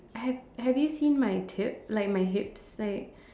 have have you seen my tip like my hips like